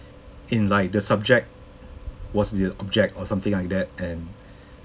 in like the subject was the object or something like that and